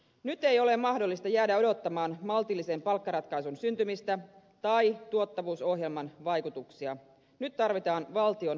nyt ei ole mahdollista jäädä odottamaan maltillisen palkkaratkaisun syntymistä tai tuottavuusohjelman vaikutuksia nyt tarvitaan valtion panostuksia